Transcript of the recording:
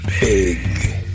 big